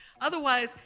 Otherwise